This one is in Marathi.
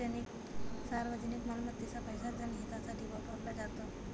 सार्वजनिक मालमत्तेचा पैसा जनहितासाठी वापरला जातो